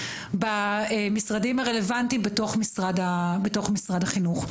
במשרדים הרלוונטיים בתוך משרד החינוך.